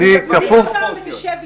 תזמין אותם ותשב איתם.